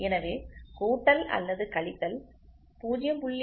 எனவே கூட்டல் அல்லது கழித்தல் 0